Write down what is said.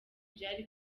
byari